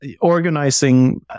Organizing